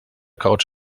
couch